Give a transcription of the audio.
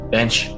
Bench